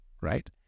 right